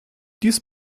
dies